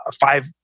five